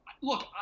look